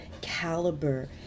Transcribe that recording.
caliber